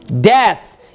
death